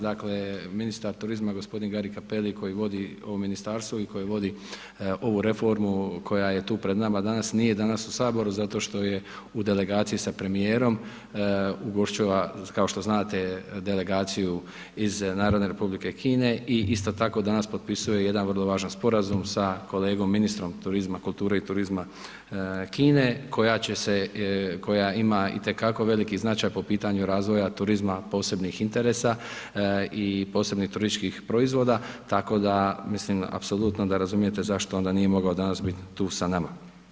Dakle, ministar turizma g. Gari Cappelli koji vodi ovo ministarstvo i koji vodi ovu reformu koja je tu pred nama danas, nije danas u HS zato što je u delegaciji sa premijerom, ugošćava, kao što znate, delegaciju iz NR Kine i isto tako danas potpisuje jedan vrlo važan sporazum sa kolegom ministrom turizma kulture i turizma Kine koja ima itekako veliki značaj po pitanju razvoja turizma posebnih interesa i posebnih turističkih proizvoda, tako da mislim apsolutno da razumijete zašto onda nije mogao danas bit tu sa nama.